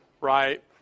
right